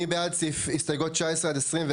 הסכום זה משהו שהיה צריך לדון בו; הבנתי שבסוף זה ירד מהפרק.